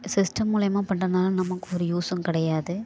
system மூலயமா பண்றதுனால் நமக்கு ஒரு யூஸ்ஸும் கிடையாது